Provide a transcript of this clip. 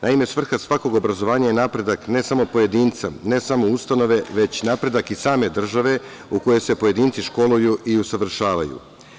Naime, svrha svakog obrazovanja je napredak ne samo pojedinca, ne samo ustanove, već napredak i same države u kojoj se pojedinci školuju i usavršavaju.